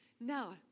Now